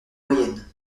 moyenne